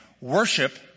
Worship